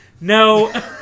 No